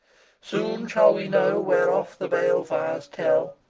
soon shall we know whereof the bale-fires tell,